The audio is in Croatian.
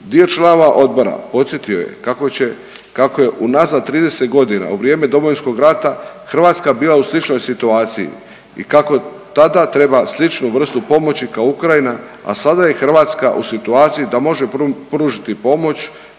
Dio članova odbora podsjetio je kako će, kako je unazad 30 godina u vrijeme Domovinskog rata Hrvatska bila u sličnoj situaciji i kako tada treba sličnu vrstu pomoći kao Ukrajina, a sada je Hrvatska u situaciji da može pružiti pomoć